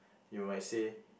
you might say